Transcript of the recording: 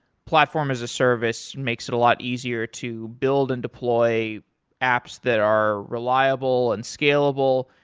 platform as a service makes it a lot easier to build and deploy apps that are reliable and scalable.